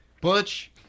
Butch